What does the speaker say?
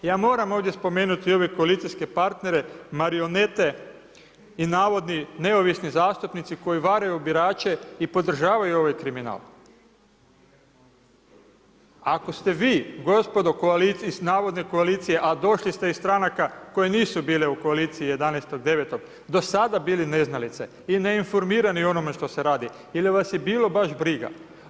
Ja moram ovdje spomenuti i ove koalicijske partnere, marionete i navodni neovisni zastupnici koji varaju birače i podržavaju ovaj kriminal, ako ste vi gospodo u koaliciji s navodne koalicije, a došli ste iz stranaka koje nisu bile u koaliciji 11.9. do sada bili neznalice i neinformirani u onome što se radi, ili vas je bilo baš briga?